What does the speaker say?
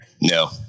No